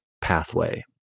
pathway